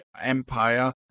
empire